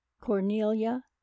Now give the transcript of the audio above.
Cornelia